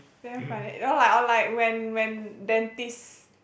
is damn funny you know like or like when when dentist